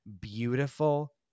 beautiful